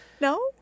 No